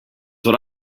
what